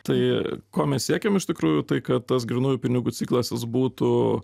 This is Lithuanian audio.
tai ko mes siekiam iš tikrųjų tai kad tas grynųjų pinigų ciklas jis būtų